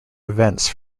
events